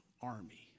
army